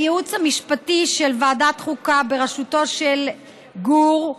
לייעוץ המשפטי של ועדת החוקה בראשותו של גור,